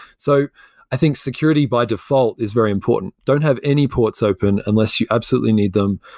so i think security by default is very important. don't have any ports open, unless you absolutely need them.